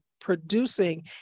producing